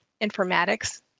informatics